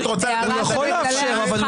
בבקשה תפסיקו,